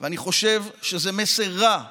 אני חושב שזה מסר רע לממשלה,